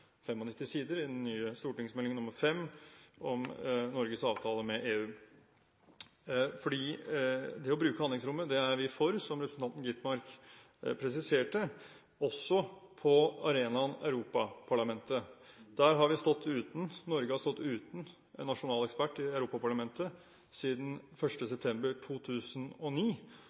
sider i den nye stortingsmeldingen – Meld. St. nr. 5 for 2012–2013 – om Norges avtale med EU. Vi er for å bruke handlingsrommet, som representanten Skovholt Gitmark presiserte, også på arenaen Europaparlamentet. Norge har stått uten en nasjonal ekspert i Europaparlamentet siden 1. september 2009.